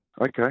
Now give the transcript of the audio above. Okay